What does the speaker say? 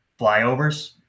flyovers